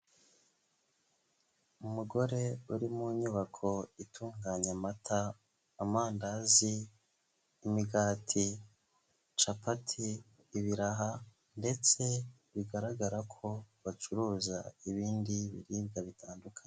Umugore uri mu nyubako itunganya amata, amandazi, imigati, capati, ibiraha ndetse bigaragara ko bacuruza ibindi biribwa bitandukanye.